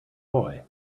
boy